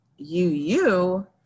UU